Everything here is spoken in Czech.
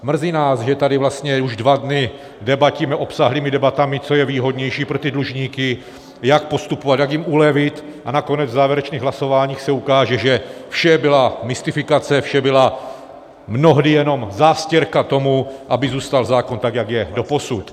Mrzí nás, že tady vlastně už dva dny debatíme obsáhlými debatami, co je výhodnější pro dlužníky, jak postupovat, jak jim ulevit, a nakonec v závěrečných hlasováních se ukáže, že vše byla mystifikace, vše byla mnohdy jenom zástěrka tomu, aby zůstal zákon, tak jak je doposud.